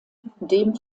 dem